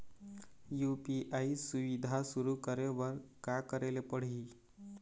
UPI सुविधा शुरू करे बर का करे ले पड़ही?